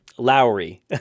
Lowry